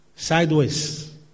sideways